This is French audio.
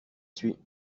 suis